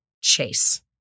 chase